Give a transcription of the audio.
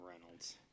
Reynolds